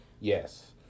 Yes